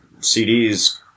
CDs